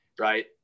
Right